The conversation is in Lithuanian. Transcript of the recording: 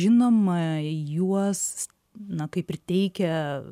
žinoma juos na kaip ir teikia